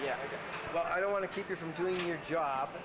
yeah i don't want to keep you from doing your job